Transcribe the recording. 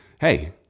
hey